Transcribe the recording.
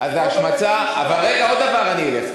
זאת השמצה, אבל רגע, עוד דבר אני אגיד.